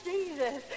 Jesus